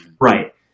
Right